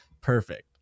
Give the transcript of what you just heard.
perfect